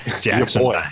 Jackson